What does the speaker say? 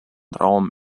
raum